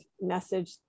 message